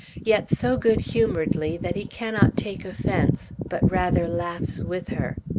yet so good-humoredly that he cannot take offense, but rather laughs with her.